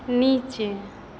नीचे